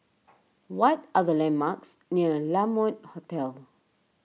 what are the landmarks near La Mode Hotel